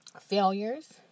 failures